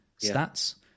stats